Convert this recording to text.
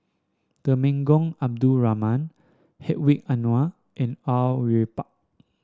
Temenggong Abdul Rahman Hedwig Anuar and Au Yue Pak